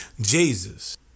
Jesus